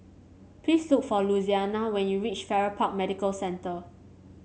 please look for Louisiana when you reach Farrer Park Medical Centre